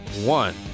One